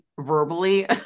verbally